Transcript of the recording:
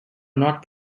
not